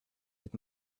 with